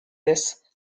this